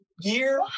year